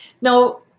Now